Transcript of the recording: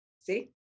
see